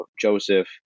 Joseph